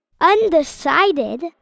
Undecided